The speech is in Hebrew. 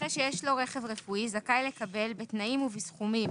נכה שיש לו רכב רפואי זכאי לקבל בתנאים ובסכומים